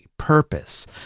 purpose